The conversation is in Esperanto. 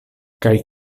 kaj